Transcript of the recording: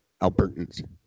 Albertans